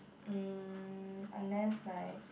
mm unless like